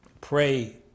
Pray